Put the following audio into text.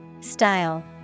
Style